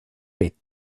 bit